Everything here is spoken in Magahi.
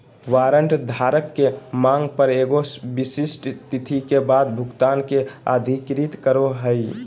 वारंट धारक के मांग पर एगो विशिष्ट तिथि के बाद भुगतान के अधिकृत करो हइ